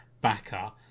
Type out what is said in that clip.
backer